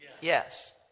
Yes